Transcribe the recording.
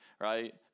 right